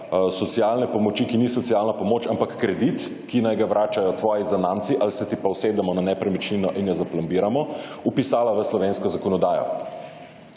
socialne pomoči, ki ni socialna pomoč, ampak kredit, ki naj ga vračajo tvoji zanamci ali se ti pa usedemo na nepremičnino in jo zaplombiramo, vpisala v slovensko zakonodajo,